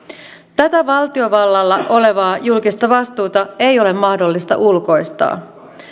tätä valtiovallalla olevaa julkista vastuuta ei ole mahdollista ulkoistaa